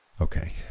Okay